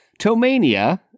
Tomania